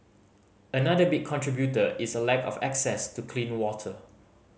another big contributor is a lack of access to clean water